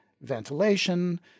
ventilation